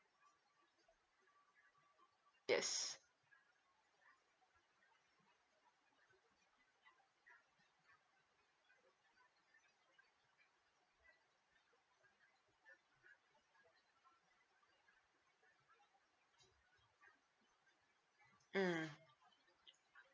yes mm